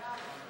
הצעת החוק